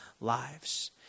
lives